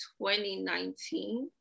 2019